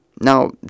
Now